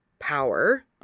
Power